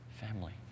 family